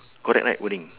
correct right wording